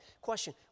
Question